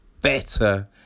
Better